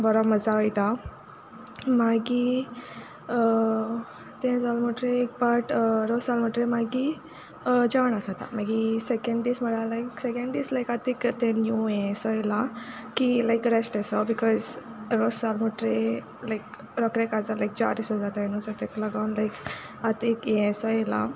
बरो मजा वोयता मागीर तें जाल मुटरी एक पाट रोस जाल मुटरी मागी जेवोण आसोता मागीर सेकेंड दीस म्हुळ्यार लायक सेकेंड दीस तें न्यू यें अेसो येलां की लायक रेस्ट अेसो बिकोज रोस जाल मुटरी लायक रोखडे काजार लायक जार अेसो जाताय सो तेक लागोन लायक आंत एक यें अेसो येलां